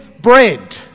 bread